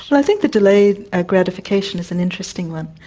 but i think the delayed ah gratification is an interesting one,